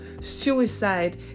Suicide